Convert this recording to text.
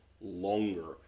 longer